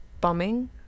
bombing